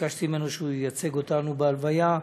ביקשתי ממנו שהוא ייצג אותנו בהלוויה,